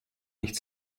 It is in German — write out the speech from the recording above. nicht